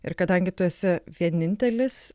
ir kadangi tu esi vienintelis